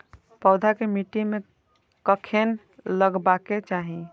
पौधा के मिट्टी में कखेन लगबाके चाहि?